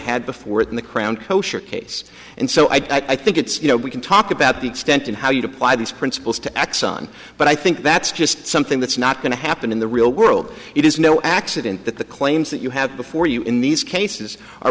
had before in the crown kosher case and so i think it's you know we can talk about the extent and how you'd apply these principles to exxon but i think that's just something that's not going to happen in the real world it is no accident that the claims that you have before you in these cases are